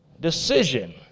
decision